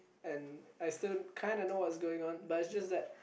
and I still kinda know what's going on but is just that